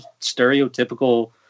stereotypical